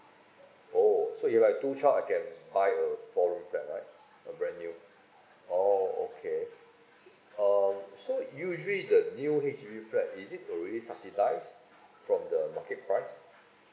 oh so it like two child I can buy a four room flat right a brand new oh okay um so usually the new H_D_B flat is it uh resubsidised from the market price